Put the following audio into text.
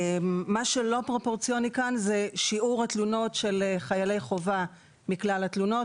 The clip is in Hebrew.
מה שלא פרופורציונלי כאן זה שיעור התלונות של חיילי חובה מכלל התלונות,